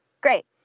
Great